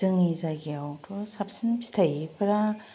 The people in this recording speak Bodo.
जोंनि जायगायावथ' साबसिन फिथाइफ्रा